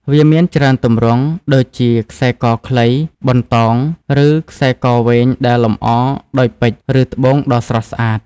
វាមានច្រើនទម្រង់ ដូចជាខ្សែកខ្លី បណ្តោង ឬខ្សែកវែងដែលលម្អដោយពេជ្រ ឬត្បូងដ៏ស្រស់ស្អាត។